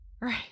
Right